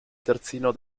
terzino